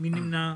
מי נמנע?